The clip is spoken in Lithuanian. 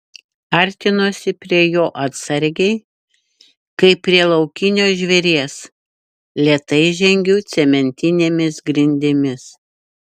artinuosi prie jo atsargiai kaip prie laukinio žvėries lėtai žengiu cementinėmis grindimis